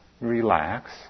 relax